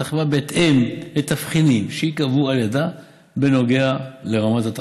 החברה בהתאם לתבחינים שייקבעו על ידה בנוגע לרמת התחרות.